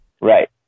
Right